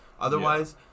otherwise